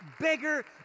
bigger